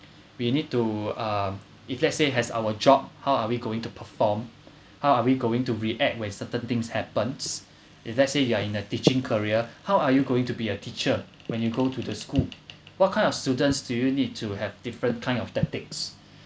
we need to uh if let's say has our job how are we going to perform how are we going to react when certain things happens if let's say you are in a teaching career how are you going to be a teacher when you go to the school what kind of students do you need to have different kind of tactics